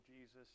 Jesus